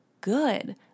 good